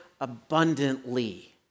abundantly